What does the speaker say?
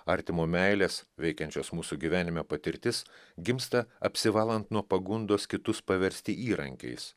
artimo meilės veikiančios mūsų gyvenime patirtis gimsta apsivalan nuo pagundos kitus paversti įrankiais